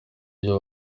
ibyo